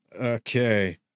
Okay